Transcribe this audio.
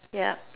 yup